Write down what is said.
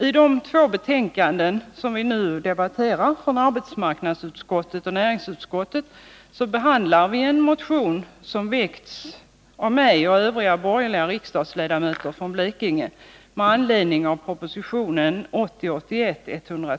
I de två betänkanden, från arbetsmarknadsutskottet och näringsutskottet, som vi nu debatterar behandlas en motion som med anledning av proposition 1980/81:131 väckts av mig och övriga borgerliga riksdagsledamöter från Blekinge.